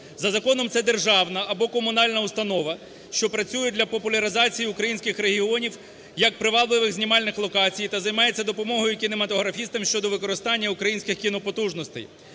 За законом це державна або комунальна установа, що працює для популяризації українських регіонів як привабливих знімальних локацій та займається допомогою кінематографістам щодо використання українських кінопотужностей.